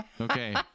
Okay